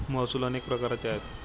महसूल अनेक प्रकारचे आहेत